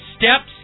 Steps